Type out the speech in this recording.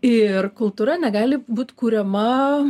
ir kultūra negali būt kuriama